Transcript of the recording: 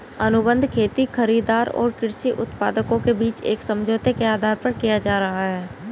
अनुबंध खेती खरीदार और कृषि उत्पादकों के बीच एक समझौते के आधार पर किया जा रहा है